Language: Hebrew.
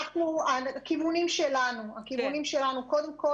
הכיוונים שלנו קודם כל,